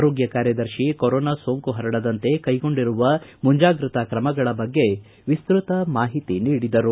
ಆರೋಗ್ವ ಕಾರ್ಯದರ್ಶಿ ಕರೋನಾ ಸೋಂಕು ಹರಡದಂತೆ ಕೈಗೊಂಡಿರುವ ಮುಂಜಾಗೃತಾ ಕ್ರಮಗಳ ಬಗ್ಗೆ ಕುರಿತು ವಿಸ್ತೃತ ಮಾಹಿತಿ ನೀಡಿದರು